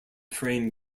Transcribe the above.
frame